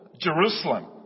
Jerusalem